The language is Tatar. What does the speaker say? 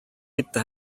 китте